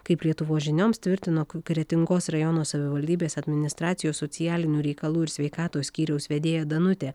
kaip lietuvos žinioms tvirtino kretingos rajono savivaldybės administracijos socialinių reikalų ir sveikatos skyriaus vedėja danutė